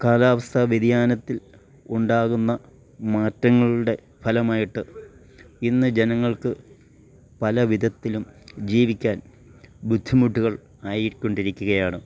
കാലാവസ്ഥാ വ്യതിയാനത്തിൽ ഉണ്ടാകുന്ന മാറ്റങ്ങളുടെ ഫലമായിട്ട് ഇന്ന് ജനങ്ങൾക്ക് പല വിധത്തിലും ജീവിക്കാൻ ബുദ്ധിമുട്ടുകൾ ആയിക്കൊണ്ടിരിക്കുകയാണ്